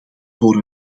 voor